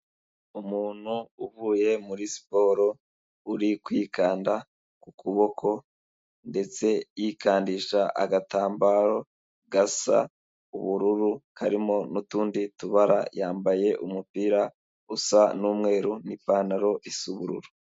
Umuntu uvuye muri siporo, uri kwikanda ku kuboko, ndetse yikandisha agatambaro gasa ubururu karimo n'utundi tubara, yambaye umupira usa n'umweru n'ipantaro isa ubururu.